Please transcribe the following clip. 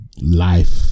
life